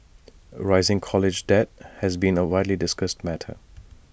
rising college debt has been A widely discussed matter